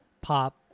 pop